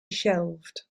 shelved